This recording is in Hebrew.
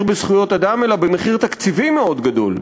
של זכויות אדם אלא במחיר תקציבי מאוד גדול.